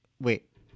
wait